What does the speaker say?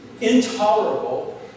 intolerable